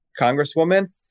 congresswoman